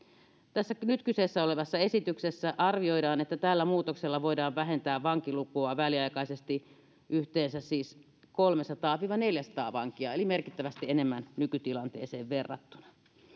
tässä nyt kyseessä olevassa esityksessä arvioidaan että tällä muutoksella siis voidaan vähentää vankilukua väliaikaisesti yhteensä kolmesataa viiva neljäsataa vankia eli merkittävästi enemmän nykytilanteeseen verrattuna